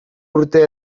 urte